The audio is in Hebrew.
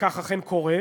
וכך אכן קורה,